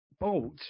Bolt